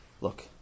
look